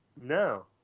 No